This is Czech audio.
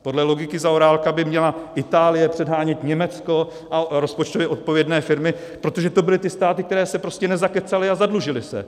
Podle logiky Zaorálka by měla Itálie předhánět Německo a rozpočtově odpovědné firmy, protože to byly ty státy, které se prostě nezakecaly a zadlužily se.